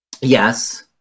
Yes